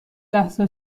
لحظه